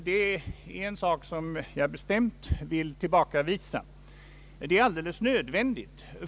Det är en sak som jag bestämt vill tillbakavisa.